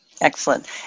Excellent